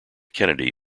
kennedy